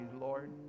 Lord